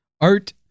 Art